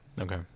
Okay